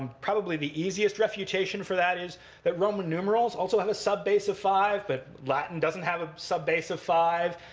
probably the easiest refutation for that is that roman numerals also have a subbase of five, but latin doesn't have a subbase of five.